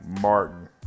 Martin